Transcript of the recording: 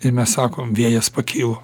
tai mes sakom vėjas pakilo